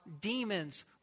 demons